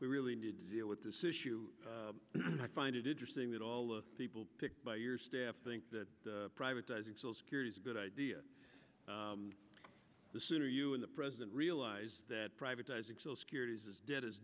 we really need to deal with this issue i find it interesting that all the people picked by your staff think that privatizing social security is a good idea the sooner you and the president realize that privatizing social security is dead as